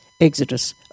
exodus